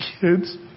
kids